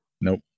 nope